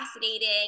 fascinating